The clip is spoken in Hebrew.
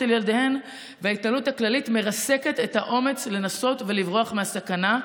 על ילדיהן וההתנהלות הכללית מרסקת את האומץ לנסות לברוח מהסכנה,